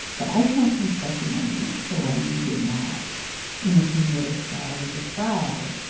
but i can't construct an argument for why you would not in a thing that is styled as a trial.